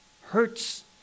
hurts